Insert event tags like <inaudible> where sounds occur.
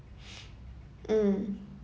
<noise> mm